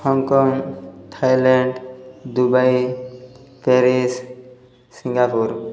Hong Kong Thailand Dubai Paris Singapore